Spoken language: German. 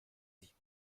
sich